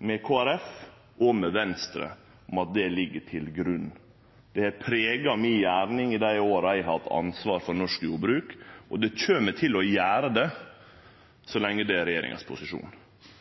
med Kristeleg Folkeparti og med Venstre om at det ligg til grunn. Det har prega mi gjerning i dei åra eg har hatt ansvar for norsk jordbruk, og det kjem til å gjere det så lenge det er regjeringas posisjon.